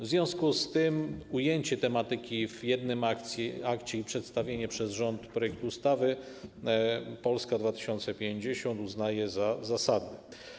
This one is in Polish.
W związku z tym ujęcie tematyki w jednym akcie i przedstawienie przez rząd projektu ustawy Polska 2050 uznaje za zasadne.